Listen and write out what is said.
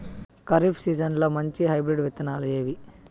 ఖరీఫ్ సీజన్లలో మంచి హైబ్రిడ్ విత్తనాలు ఏవి